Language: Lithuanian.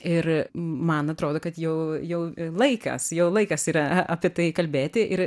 ir man atrodo kad jau jau laikas jau laikas yra a apie tai kalbėti ir